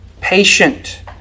patient